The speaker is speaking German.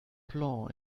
blanc